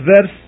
verse